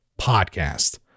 podcast